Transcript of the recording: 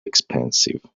expensive